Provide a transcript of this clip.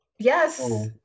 Yes